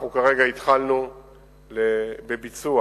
אנחנו התחלנו כרגע בביצוע